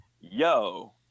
yo